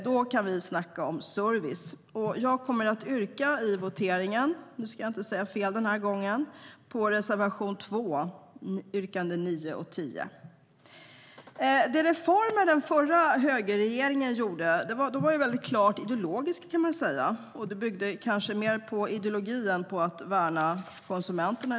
Då kan vi snacka om service! De reformer den förra högerregeringen gjorde var klart ideologiska. I det här fallet byggde det kanske mer på ideologi än på att värna konsumenterna.